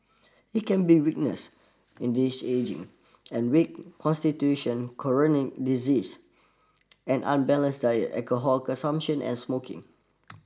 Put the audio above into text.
it can be weakness in this ageing and weak constitution chronic diseases an unbalanced diet alcohol consumption and smoking